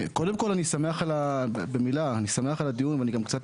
כבוד היושב ראש, אני אומר לך שחלופת שקד היא